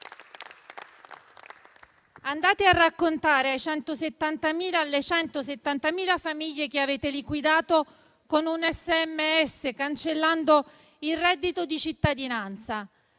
Andate a raccontarlo alle 170.000 famiglie che avete liquidato con un SMS, cancellando il reddito di cittadinanza.